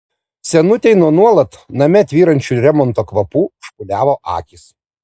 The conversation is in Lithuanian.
senutei nuo nuolat name tvyrančių remonto kvapų užpūliavo akys